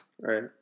right